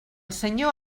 senyor